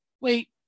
Wait